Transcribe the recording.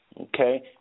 Okay